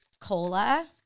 cola